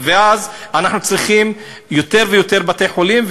ואז אנחנו צריכים יותר ויותר בתי-חולים,